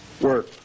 work